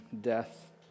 death